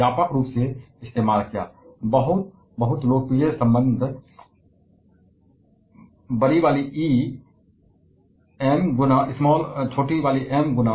और इसने व्यापक रूप से इस्तेमाल किया और बहुत लोकप्रिय संबंध को दिया जहाँ m द्रव्यमान है और c निर्वात में प्रकाश का वेग है